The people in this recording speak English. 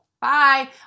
bye